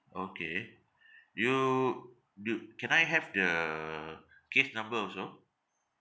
okay you do can I have the case number also